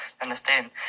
understand